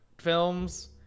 films